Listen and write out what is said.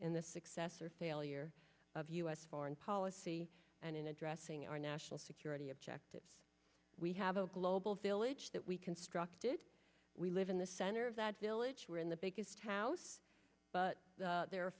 in the success or failure of u s foreign policy and in addressing our national security objectives we have a global village that we constructed we live in the center of that village we're in the biggest house but there a